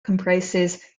comprises